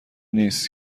نیس